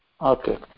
Okay